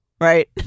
right